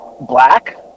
black